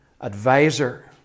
advisor